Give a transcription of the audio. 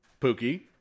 Pookie